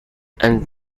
and